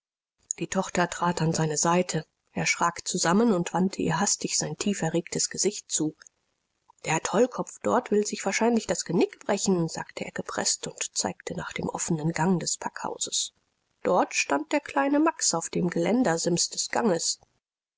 die tochter trat an seine seite er schrak zusammen und wandte ihr hastig sein tieferregtes gesicht zu der tollkopf dort will sich wahrscheinlich das genick brechen sagte er gepreßt und zeigte nach dem offenen gang des packhauses dort stand der kleine max auf dem geländersims des ganges